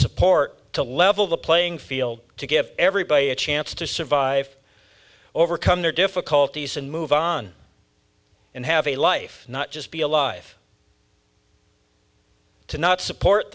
support to level the playing field to give everybody a chance to survive overcome their difficulties and move on and have a life not just be alive to not support